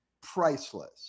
priceless